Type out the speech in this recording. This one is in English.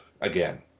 again